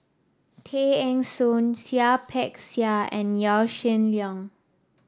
Tay Eng Soon Seah Peck Seah and Yaw Shin Leong